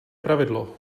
pravidlo